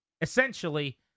Essentially